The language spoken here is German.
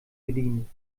bedienen